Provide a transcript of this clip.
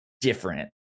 different